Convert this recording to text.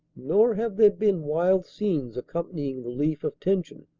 nor have there been wild scenes accompanying relief of tension.